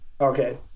okay